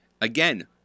Again